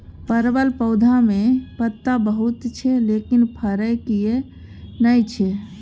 परवल पौधा में पत्ता बहुत छै लेकिन फरय किये नय छै?